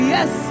Yes